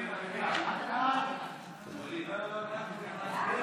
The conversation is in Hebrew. ההצעה להעביר את הצעת חוק הגדלת נקודות זיכוי